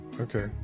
Okay